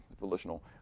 volitional